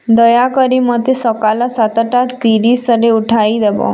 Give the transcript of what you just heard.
ଦୟାକରି ମୋତେ ସକାଳ ସାତଟା ତିରିଶରେ ଉଠାଇ ଦେବ